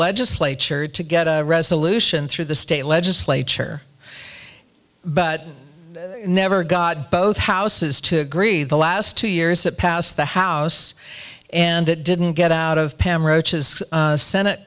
legislature to get a resolution through the state legislature but never got both houses to agree the last two years that passed the house and it didn't get out of pam roach is a senate